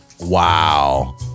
Wow